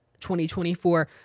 2024